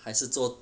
还是做